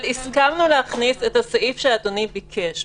אבל הסכמנו להכניס את הסעיף שאדוני ביקש,